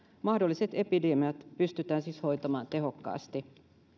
mahdolliset epidemiat pystytään siis hoitamaan tehokkaasti